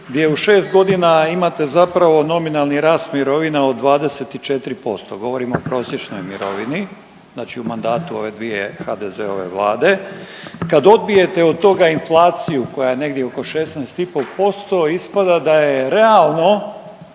gdje u 6 godina imate zapravo nominalni rast mirovina od 25%, govorimo o prosječnoj mirovini, znači u mandatu ove dvije HDZ-ove vlade. Kad odbijete od toga inflaciju koja je negdje oko 16,5%, ispada da je realno